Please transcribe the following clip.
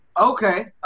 Okay